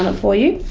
ah for you?